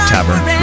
Tavern